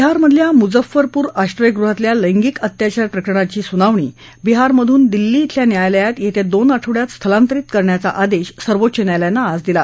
बिहारमधल्या मुजफ्फरपूर आश्रयगृहातल्या लैगिंक अत्याचारप्रकरणाची सुनावणी बिहारमधून दिल्ली धिल्या न्यायालयात येत्या दोन आठवडयात स्थलांतरित करण्याचा आदेश सर्वोच्च न्यायालयानं आज दिला